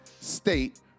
state